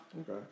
Okay